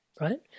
right